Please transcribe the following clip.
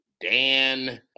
Dan